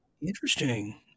Interesting